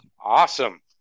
Awesome